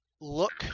look